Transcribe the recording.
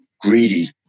greedy